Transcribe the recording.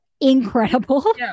incredible